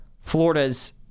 florida's